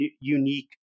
unique